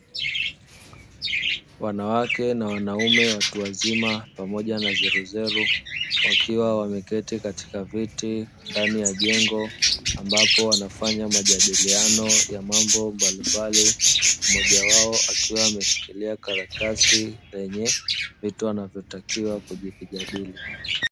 Wanawake na wanaume watu wazima pamoja na zeruzeru, wakiwa wameketi katika viti ndani ya jengo ambapo wanafanya majadiliano ya mambo mbalimbali, mmoja wao akiwa ameshikiria karatasi lenye vitu anavyotakiwa kuvijadili.